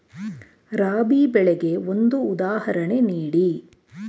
ರಾಬಿ ಬೆಳೆಗೆ ಒಂದು ಉದಾಹರಣೆ ನೀಡಿ